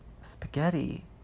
Spaghetti